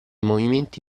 movimenti